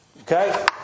Okay